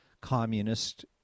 communist